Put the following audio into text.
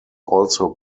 also